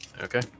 Okay